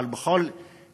אבל בכל מקרה,